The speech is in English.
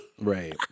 Right